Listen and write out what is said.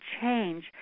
change